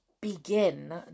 begin